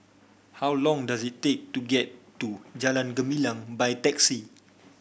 how long does it take to get to Jalan Gumilang by taxi